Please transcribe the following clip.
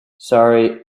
sorry